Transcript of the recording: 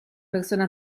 persona